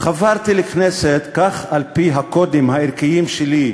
חברתי לכנסת, כך, על-פי הקודים הערכיים שלי,